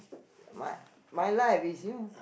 my my life is you know